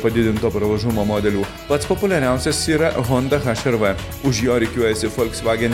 padidinto pravažumo modelių pats populiariausias yra honda haš ir v už jo rikiuojasi volkswagen